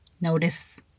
Notice